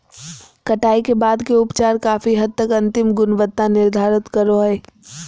कटाई के बाद के उपचार काफी हद तक अंतिम गुणवत्ता निर्धारित करो हइ